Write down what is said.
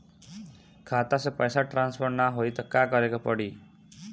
खाता से पैसा ट्रासर्फर न होई त का करे के पड़ी?